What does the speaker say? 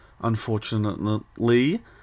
Unfortunately